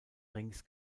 rings